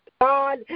God